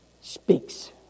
speaks